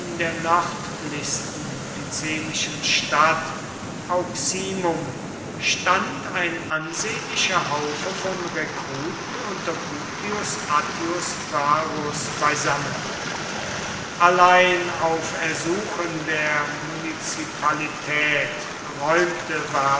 der nördlichsten picenischen stadt auximum stand ein ansehnlicher haufe von rekruten unter publius attius varus beisammen allein auf ersuchen der munizipalität räumte